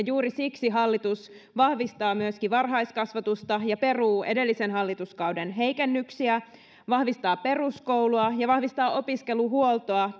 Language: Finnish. juuri siksi hallitus vahvistaa myöskin varhaiskasvatusta ja peruu edellisen hallituskauden heikennyksiä vahvistaa peruskoulua ja vahvistaa opiskeluhuoltoa